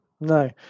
no